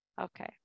okay